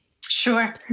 Sure